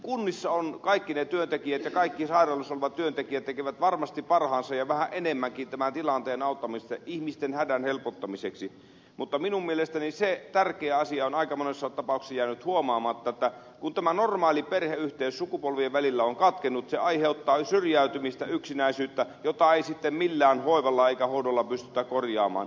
kunnissa kaikki ne työntekijät ja kaikki sairaaloissa olevat työntekijät tekevät varmasti parhaansa ja vähän enemmänkin tämän tilanteen auttamiseksi ihmisten hädän helpottamiseksi mutta minun mielestäni se tärkeä asia on aika monessa tapauksessa jäänyt huomaamatta että kun tämä normaali perheyhteys sukupolvien välillä on katkennut se aiheuttaa syrjäytymistä yksinäisyyttä jota ei sitten millään hoivalla eikä hoidolla pystytä korjaamaan